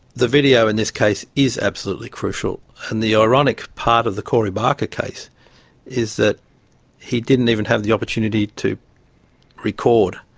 the video in this case is absolute crucial, and the ironic part of the corey barker case is that he didn't even have the opportunity to record.